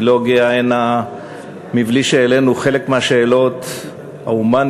היא לא הגיעה הנה בלי שהעלינו חלק מהשאלות ההומניות,